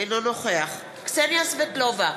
אינו נוכח קסניה סבטלובה,